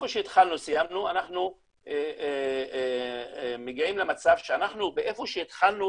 אנחנו מגיעים למצב שאנחנו איפה שהתחלנו